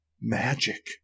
magic